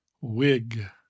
wig